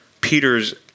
Peter's